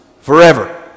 forever